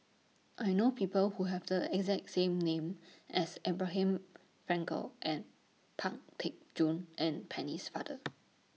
I know People Who Have The exact same name as Abraham Frankel and Pang Teck Joon and Penne's Father